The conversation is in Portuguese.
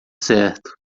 certo